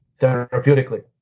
therapeutically